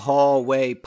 Hallway